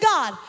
God